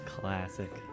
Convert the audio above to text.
Classic